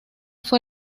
fue